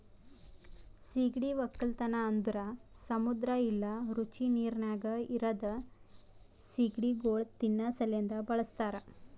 ಸೀಗಡಿ ಒಕ್ಕಲತನ ಅಂದುರ್ ಸಮುದ್ರ ಇಲ್ಲಾ ರುಚಿ ನೀರಿನಾಗ್ ಇರದ್ ಸೀಗಡಿಗೊಳ್ ತಿನ್ನಾ ಸಲೆಂದ್ ಬಳಸ್ತಾರ್